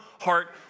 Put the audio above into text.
heart